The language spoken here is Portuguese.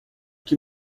que